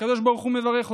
והקדוש ברוך הוא מברך אותו: